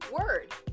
word